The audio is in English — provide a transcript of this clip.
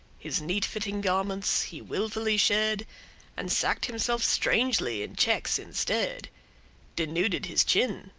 his neat-fitting garments he wilfully shed and sacked himself strangely in checks instead denuded his chin,